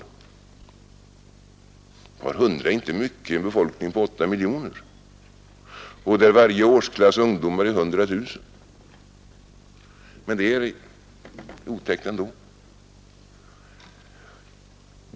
Ett par hundra är inte mycket i en befolkning på 8 miljoner, där varje årsklass ungdomar är 100 000, men det är otäckt ändå.